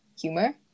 humor